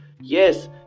yes